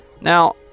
Now